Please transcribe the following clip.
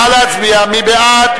מי בעד?